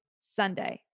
Sunday